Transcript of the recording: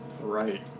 Right